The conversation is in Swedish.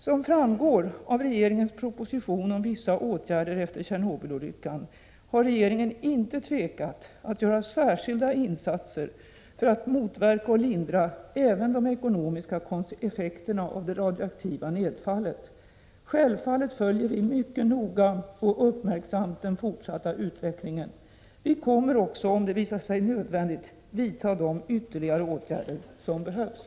Som framgår av regeringens proposition om vissa åtgärder efter Tjernobylolyckan har regeringen inte tvekat att göra särskilda insatser för att motverka och lindra även de ekonomiska effekterna av det radioaktiva nedfallet. Självfallet följer vi mycket noga och uppmärksamt den fortsatta utvecklingen. Vi kommer också om det visar sig nödvändigt att vidta de ytterligare åtgärder som behövs.